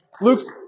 Luke's